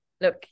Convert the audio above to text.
look